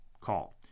call